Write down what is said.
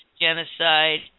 genocide